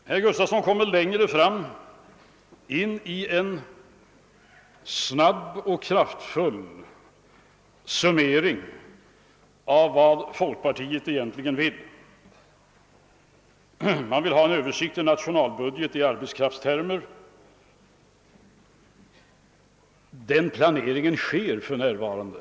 Litet längre fram i sitt anförande gjorde herr Gustafson en snabb och kraftfull summering av vad folkpartiet egentligen vill. Folkpartiet vill ha en översikt av nationalbudgeten i arbetskraftstermer. — En sådan planering pågår för närvarande.